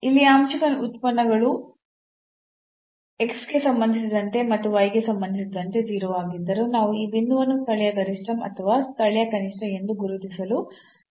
ಇಲ್ಲಿ ಆಂಶಿಕ ಉತ್ಪನ್ನಗಳು x ಗೆ ಸಂಬಂಧಿಸಿದಂತೆ ಮತ್ತು y ಗೆ ಸಂಬಂಧಿಸಿದಂತೆ 0 ಆಗಿದ್ದರೂ ನಾವು ಈ ಬಿಂದುವನ್ನು ಸ್ಥಳೀಯ ಗರಿಷ್ಠ ಅಥವಾ ಸ್ಥಳೀಯ ಕನಿಷ್ಠ ಎಂದು ಗುರುತಿಸಲು ಸಾಧ್ಯವಿಲ್ಲ